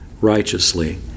righteously